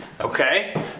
Okay